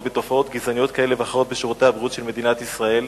בתופעות גזעניות כאלה ואחרות בשירותי הבריאות של מדינת ישראל?